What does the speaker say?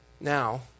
Now